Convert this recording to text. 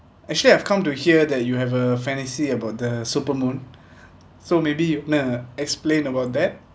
actually I have come to hear that you have a fantasy about the super moon so maybe you uh explain about that